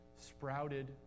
sprouted